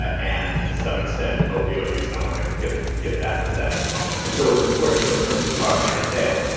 and to some extent opioid use. and i want to get get back to that in a moment. and so it's important, you know in terms of the cautionary tales,